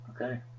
Okay